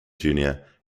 junior